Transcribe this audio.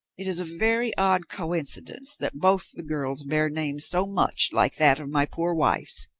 it is a very odd coincidence that both the girls bear names so much like that of my poor wife's.